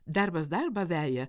darbas darbą veja